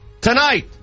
Tonight